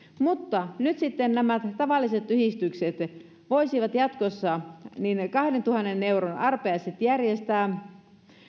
mutta nyt sitten nämä tavalliset yhdistykset voisivat jatkossa kahdentuhannen euron arpajaiset järjestää